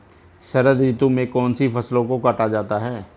शरद ऋतु में कौन सी फसलों को काटा जाता है?